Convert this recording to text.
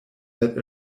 that